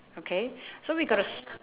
okay so we gotta sp~